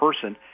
person